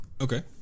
Okay